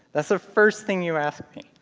that's the first thing you ask me.